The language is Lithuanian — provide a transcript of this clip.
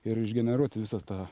ir išgeneruoti visas tą